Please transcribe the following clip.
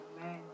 Amen